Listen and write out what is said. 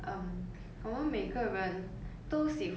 and yet we want to selfishly benefit